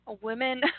women